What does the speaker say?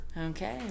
Okay